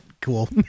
cool